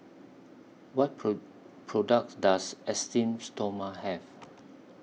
What pro products Does Esteem Stoma Have